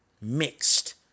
Mixed